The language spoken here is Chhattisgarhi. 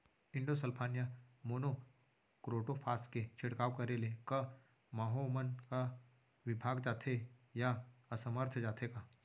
इंडोसल्फान या मोनो क्रोटोफास के छिड़काव करे ले क माहो मन का विभाग जाथे या असमर्थ जाथे का?